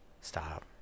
stop